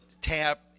tap